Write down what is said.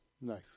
Nice